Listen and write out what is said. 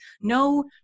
No